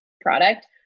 product